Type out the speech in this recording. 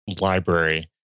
library